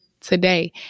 today